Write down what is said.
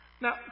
Now